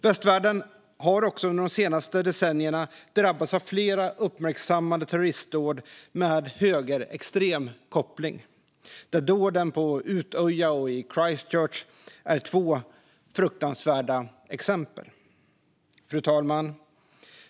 Västvärlden har också under de senaste decennierna drabbats av flera uppmärksammade terroristdåd med högerextrem koppling, där dåden på Utøya och i Christchurch är två fruktansvärda exempel. Fru talman!